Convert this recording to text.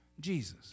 Jesus